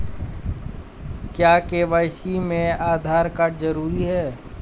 क्या के.वाई.सी में आधार कार्ड जरूरी है?